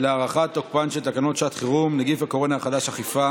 וקבוצת ימינה מציעות את הסתייגות 36. מי בעד ומי נגד?